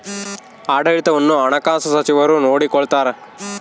ಆಡಳಿತವನ್ನು ಹಣಕಾಸು ಸಚಿವರು ನೋಡಿಕೊಳ್ತಾರ